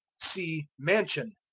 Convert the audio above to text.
see mansion.